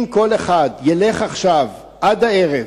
אם כל אחד ילך עכשיו, עד הערב,